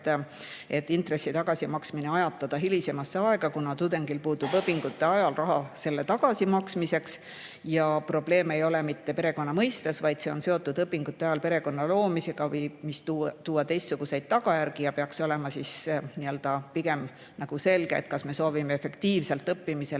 et intressi tagasimaksmine ajatada hilisemasse aega, kuna tudengil puutub õpingute ajal raha selle tagasimaksmiseks. Ja probleem ei ole mitte perekonna mõiste, vaid see on seotud õpingute ajal perekonna loomisega, mis võib tuua teistsuguseid tagajärgi. Ja peaks olema selge, kas me soovime pigem efektiivselt õppimisele